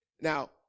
Now